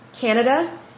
Canada